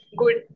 good